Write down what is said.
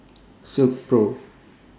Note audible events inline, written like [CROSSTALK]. [NOISE] Silkpro